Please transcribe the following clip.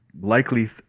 likely